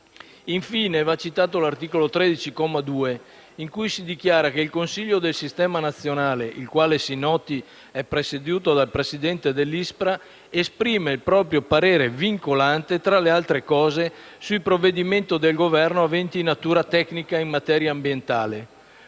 Infine, va citato l'articolo 13, comma 2, in cui si dichiara che il Consiglio del Sistema nazionale - il quale, si noti, è presieduto dal presidente dell'ISPRA - esprime il proprio parere vincolante, tra le altre cose, sui provvedimenti del Governo aventi natura tecnica in materia ambientale.